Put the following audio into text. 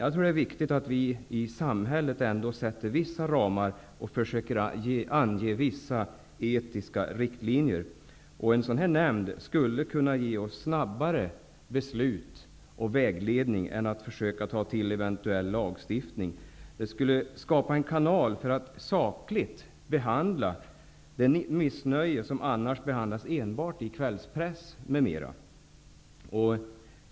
Det är viktigt att vi i samhället sätter upp vissa ramar och försöker ange vissa etiska riktlinjer. En kreditmarknadsnämnd skulle kunna ge oss snabbare beslut och vägledning än eventuella försök till lagstiftning. En sådan nämnd skulle tillskapa en kanal för att sakligt behandla det missnöje som annars behandlas enbart i kvällspress och liknande.